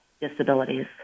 disabilities